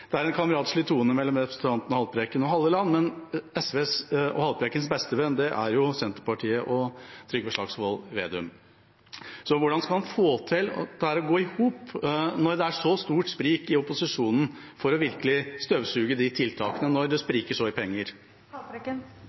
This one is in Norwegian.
Det var en kameratslig tone mellom representantene Haltbrekken og Halleland, men SV og Haltbrekkens bestevenn er jo Senterpartiet og Trygve Slagsvold Vedum. Hvordan skal han få dette til å gå i hop, når det er et så stort sprik i opposisjonen når det gjelder virkelig å støvsuge for de tiltakene, og når det spriker så